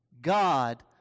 God